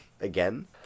Again